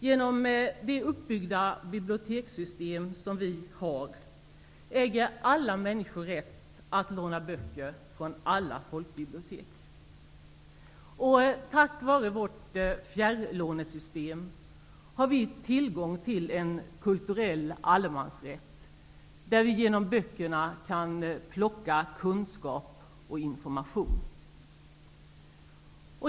Genom de uppbyggda bibliotekssystem som vi har äger alla människor rätt att låna böcker från alla folkbibliotek. Tack vare vårt fjärrlånesystem har vi tillgång till en kulturell allemansrätt, där vi genom böckerna kan plocka kunskap och information.